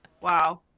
Wow